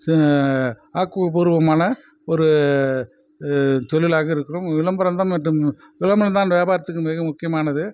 ஆக்கபூர்வமான ஒரு தொழிலாக இருக்கிறோம் விளம்பரம் தான் மட்டும் விளம்பரம் தான் வியாபாரத்துக்கு மிக முக்கியமானது